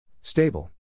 Stable